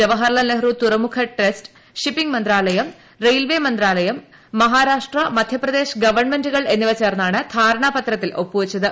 ജവഹർലാൽ നെഹ്റു തുറമുഖ test shipping മന്ത്രാലയം railway മന്ത്രാലയം മഹാരാഷ്ട്രാ മധ്യപ്രദേശ് ഗവൺമെന്റുകൾ എന്നിവ ചേർന്നാണ് ധാരണാപത്രത്തിൽ ഒപ്പുവെച്ചത്